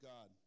God